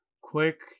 quick